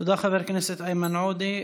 תודה, חבר הכנסת איימן עודה.